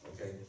Okay